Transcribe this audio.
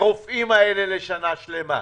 הרופאים האלה לשנה שלמה.